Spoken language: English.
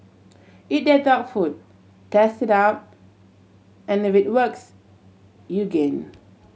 eat their dog food test it out and if it works you gain